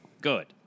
Good